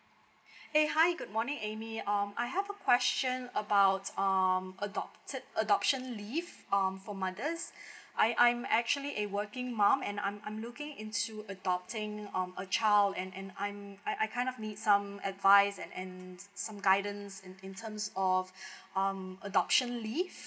!hey! hi good morning amy um I have a question about um adopted adoption leave um for mothers I I'm actually a working mom and I'm I'm looking into adopting um a child and and I'm I I kind of need some advice and and some guidance in in terms of um adoption leave